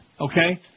Okay